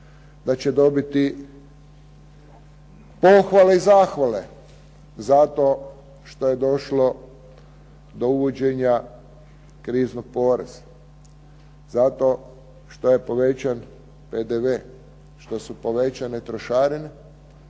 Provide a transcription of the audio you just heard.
da će dobiti pohvale i zahvale za to što je došlo do uvođenja kriznog poreza, zato što je povećan PDV što su povećane trošarine,